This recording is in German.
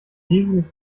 riesigen